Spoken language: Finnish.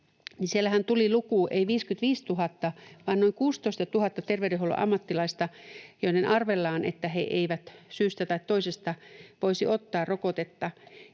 siellähän tuli luku, ei 55 000 vaan noin 16 000 terveydenhuollon ammattilaista, joista arvellaan, että he eivät syystä tai toisesta voisi ottaa rokotetta,